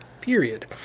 Period